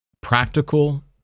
practical